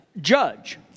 Judge